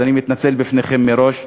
אז אני מתנצל בפניכם מראש.